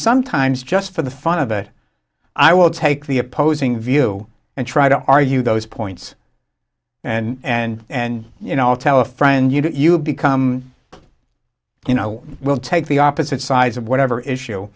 sometimes just for the fun of it i will take the opposing view and try to argue those points and and you know i'll tell a friend you've become you know we'll take the opposite sides of whatever issue